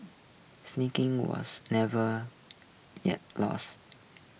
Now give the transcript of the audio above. sneaking was never yet lost